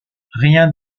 rien